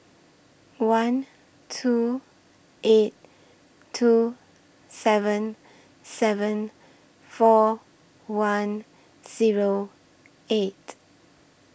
one two eight two seven seven four one Zero eight